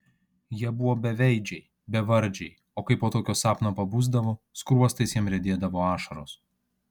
jie buvo beveidžiai bevardžiai o kai po tokio sapno pabusdavo skruostais jam riedėdavo ašaros